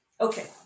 Okay